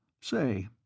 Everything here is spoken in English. Say